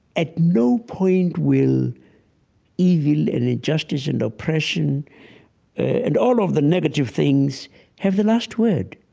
at no point will evil and injustice and oppression and all of the negative things have the last word.